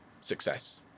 success